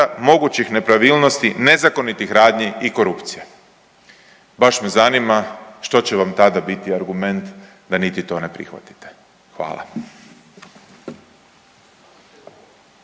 mogućih nepravilnosti, nezakonitih radnji i korupcije. Baš me zanima što će vam tada biti argument da niti to ne prihvatite. Hvala.